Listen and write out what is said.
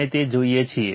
આપણે તે જોઈએ છીએ